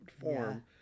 form